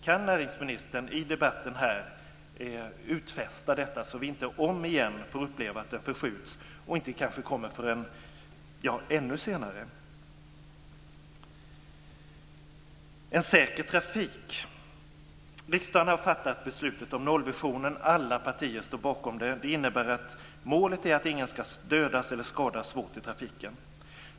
Kan näringsministern komma med en utfästelse i debatten, så att vi inte om igen får uppleva att den skjuts framåt och att den kommer ännu senare? Sedan har vi en säker trafik. Riksdagen har fattat beslut om nollvisionen. Alla partier står bakom den. Det innebär att målet är att ingen ska dödas eller skadas svårt i trafiken.